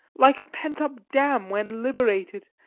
like a pent-up dam when liberated,